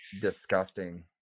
disgusting